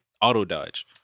auto-dodge